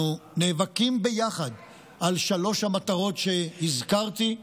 אנחנו נאבקים ביחד על שלוש המטרות שהזכרתי,